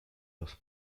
los